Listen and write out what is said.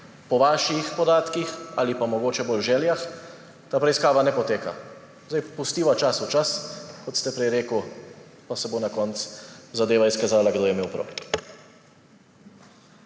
Po vaših podatkih ali pa mogoče bolj željah, ta preiskava ne poteka. Pustiva zdaj času čas, kot ste prej rekli, pa se bo na koncu zadeva izkazala, kdo je imel prav.